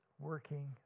working